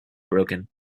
broken